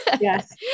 Yes